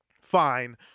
fine